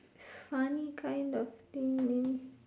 funny kind of thing means